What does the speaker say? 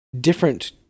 different